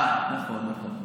אה, נכון, נכון.